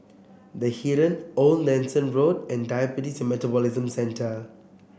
The Heeren Old Nelson Road and Diabetes and Metabolism Centre